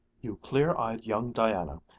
you clear-eyed young diana,